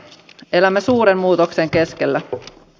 elämme suuren muutoksen keskellä